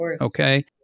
Okay